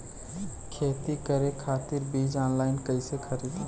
खेती करे खातिर बीज ऑनलाइन कइसे खरीदी?